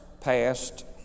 passed